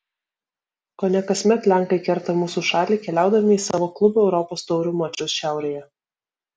kone kasmet lenkai kerta mūsų šalį keliaudami į savo klubų europos taurių mačus šiaurėje